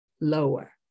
lower